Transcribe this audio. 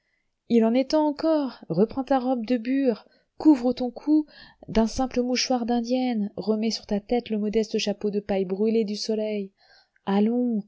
il en est temps encore reprends ta robe de bure couvre ton cou d'un simple mouchoir d'indienne remets sur ta tête le modeste chapeau de paille brûlé du soleil allons